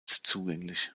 zugänglich